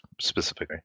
specifically